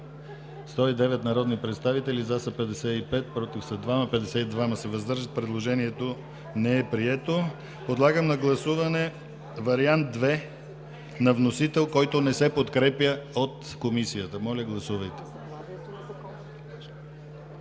109 народни представители: за 55, против 2, въздържали се 52. Предложението не е прието. Подлагам на гласуване вариант 2 на вносител, който не се подкрепя от Комисията. Гласували